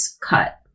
cut